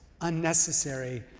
unnecessary